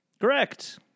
Correct